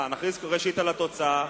ראשית, על התוצאה.